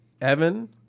Evan